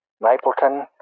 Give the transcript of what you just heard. Mapleton